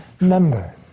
member